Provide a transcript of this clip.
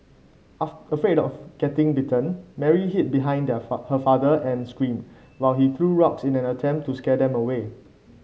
afraid of getting bitten Mary hid behind her father and screamed while he threw rocks in an attempt to scare them away